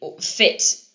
fit